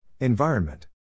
Environment